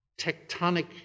tectonic